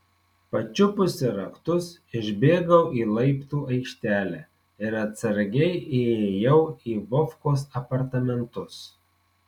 pačiupusi raktus išbėgau į laiptų aikštelę ir atsargiai įėjau į vovkos apartamentus